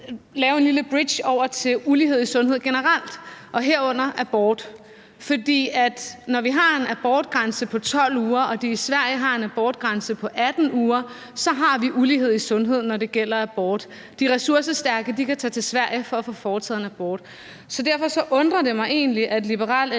lave en lille bridge over til ulighed i sundhed generelt, herunder abort. For når vi har en abortgrænse på 12 uger og de i Sverige har en abortgrænse på 18 uger, har vi ulighed i sundhed, når det gælder abort. De ressourcestærke kan tage til Sverige for at få foretaget en abort. Derfor undrer det mig egentlig, at Liberal